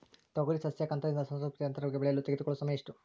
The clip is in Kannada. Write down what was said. ತೊಗರಿ ಸಸ್ಯಕ ಹಂತದಿಂದ ಸಂತಾನೋತ್ಪತ್ತಿ ಹಂತದವರೆಗೆ ಬೆಳೆಯಲು ತೆಗೆದುಕೊಳ್ಳುವ ಸಮಯ ಎಷ್ಟು?